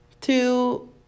Two